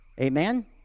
Amen